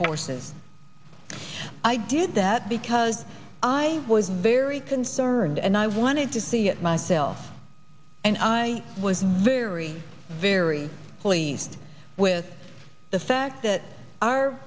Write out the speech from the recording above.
forces i did that because i was very concerned and i wanted to see it myself and i was very very pleased with the fact that our